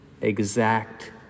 exact